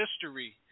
history